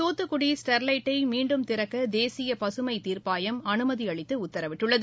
தூத்துக்குஉ ஸ்டெர்லைட்டை மீண்டும் திறக்க தேசிய பசுமைத்தீர்ப்பாயம் அனுமதி அளித்து உத்தரவிட்டுள்ளது